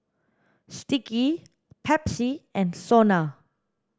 sticky Pepsi and SONA